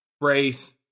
Brace